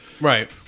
right